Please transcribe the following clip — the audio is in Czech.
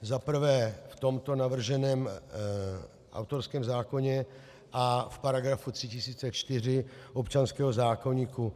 Za prvé v tomto navrženém autorském zákoně a v § 3004 občanského zákoníku.